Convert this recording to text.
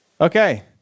Okay